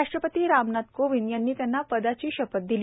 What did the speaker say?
राष्ट्रपती रामनाथ कोविंद यांनी त्यांना पदाची शपथ दिली